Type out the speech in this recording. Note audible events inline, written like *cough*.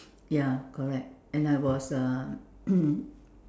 ya correct and I was um *coughs*